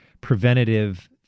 preventative